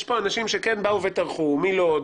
יש פה אנשים שכן באו וטרחו, מלוד.